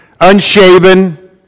Unshaven